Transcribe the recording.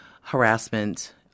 harassment